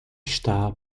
está